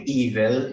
evil